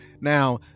now